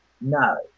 No